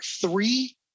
three